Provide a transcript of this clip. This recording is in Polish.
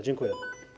Dziękuję.